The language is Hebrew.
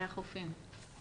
והחופים.